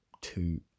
two